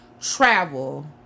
Travel